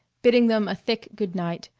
bidding them a thick good night,